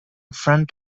front